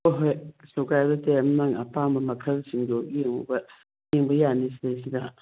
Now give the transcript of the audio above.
ꯍꯣꯏ ꯍꯣꯏ ꯀꯩꯁꯨ ꯀꯥꯏꯕ ꯂꯩꯇꯦ ꯅꯪ ꯑꯄꯥꯝꯕ ꯃꯈꯜꯁꯤꯡꯗꯨ ꯌꯦꯡꯕ ꯌꯥꯅꯤ ꯁꯤꯗꯩꯁꯤꯗ